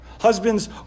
Husbands